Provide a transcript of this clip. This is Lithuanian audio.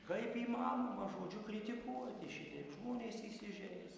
kaip įmanoma žodžiu kritikuoti šiteip žmonės įsižeis